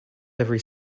every